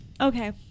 Okay